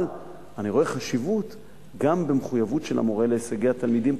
אבל אני רואה חשיבות גם במחויבות של המורה להישגי התלמידים.